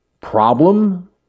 problem